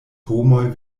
homoj